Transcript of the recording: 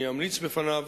אני אמליץ בפניו